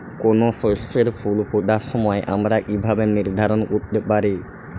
কোনো শস্যের ফুল ফোটার সময় আমরা কীভাবে নির্ধারন করতে পারি?